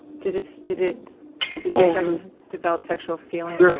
did so did it, did you start to develop sexual feelings? yeah,